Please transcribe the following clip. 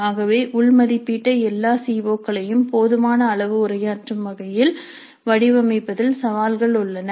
ஆகவே உள் மதிப்பீட்டை எல்லா சி ஓ களையும் போதுமான அளவு உரையாற்றும் வகையில் வடிவமைப்பதில் சவால்கள் உள்ளன